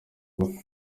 kwicisha